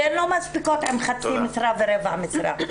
כי הן לא מספיקות עם חצי משרה ועם רבע משרה.